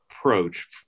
approach